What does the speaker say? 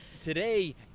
today